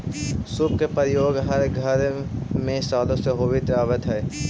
सूप के प्रयोग हर घर में सालो से होवित आवित हई